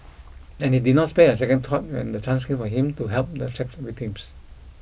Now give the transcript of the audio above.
and he did not spare a second thought when the chance came for him to help the trapped victims